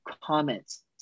comments